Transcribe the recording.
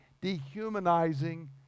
dehumanizing